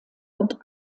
und